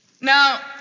Now